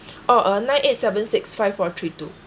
oh uh nine eight seven six five four three two